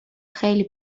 خیلی